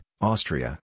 Austria